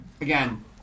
again